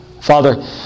Father